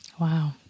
Wow